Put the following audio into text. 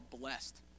blessed